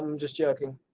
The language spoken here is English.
um just joking.